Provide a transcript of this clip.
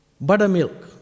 Buttermilk